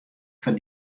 foar